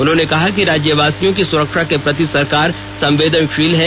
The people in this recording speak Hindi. उन्होंने कहा कि राज्यवासियों की सुरक्षा के प्रति राज्य सरकार संवेदनशील है